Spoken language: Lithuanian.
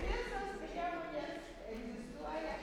visos priemonės egzistuoja